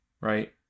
right